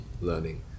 learning